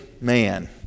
man